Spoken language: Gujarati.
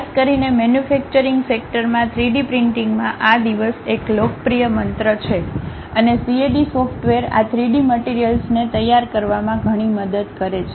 ખાસ કરીને મેન્યુફેક્ચરિંગ સેક્ટરમાં 3 ડી પ્રિન્ટીંગમાં આ દિવસ એક લોકપ્રિય મંત્ર છે અને CAD સોફ્ટવેર આ 3 ડી મટિરીયલ્સને તૈયાર કરવામાં ઘણી મદદ કરે છે